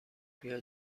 بیا